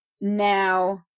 now